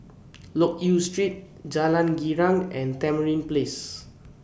Loke Yew Street Jalan Girang and Tamarind Place